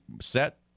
set